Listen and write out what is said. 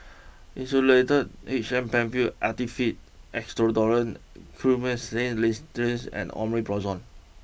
Insulatard H M Penfill Actified Expectorant Guaiphenesin Linctus and Omeprazole